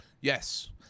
Yes